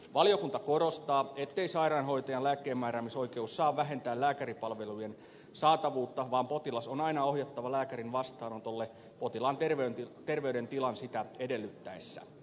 valiokunta korostaa ettei sairaanhoitajan lääkkeenmääräämisoikeus saa vähentää lääkäripalvelujen saatavuutta vaan potilas on aina ohjattava lääkärin vastaanotolle potilaan terveydentilan sitä edellyttäessä